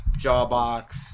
Jawbox